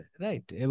right